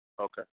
okay